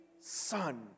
son